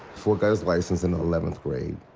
ford his license in the eleventh grade.